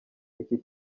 iki